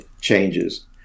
changes